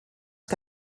que